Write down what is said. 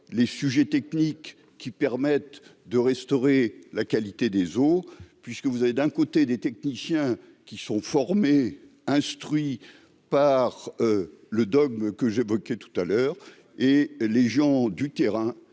les sujets techniques qui permettent de restaurer la qualité des eaux puisque vous avez d'un côté, des techniciens qui sont formés, instruits par le dogme que j'évoquais tout à l'heure et les gens du terrain,